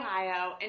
Ohio